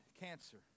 cancer